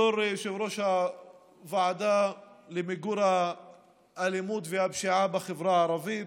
בתור יושב-ראש הוועדה למיגור האלימות והפשיעה בחברה הערבית,